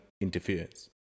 interference